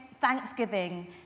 thanksgiving